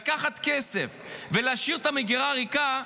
לקחת כסף ולהשאיר את המגירה ריקה,